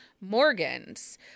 Morgans